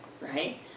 right